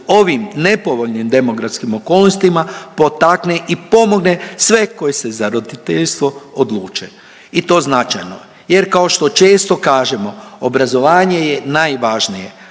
ovim nepovoljnim demografskim okolnostima potakne i pomogne sve koji se za roditeljstvo odluke i to značajno jer kao što često kažemo obrazovanje je najvažnije,